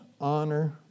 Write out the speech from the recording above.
honor